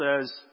says